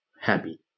happy